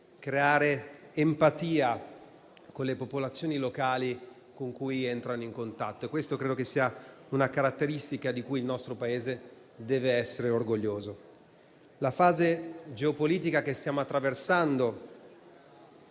creare empatia con le popolazioni locali con cui si entra in contatto. Credo che questa sia una caratteristica di cui il nostro Paese deve essere orgoglioso. La fase geopolitica che stiamo attraversando